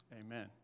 Amen